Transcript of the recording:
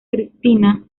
cristina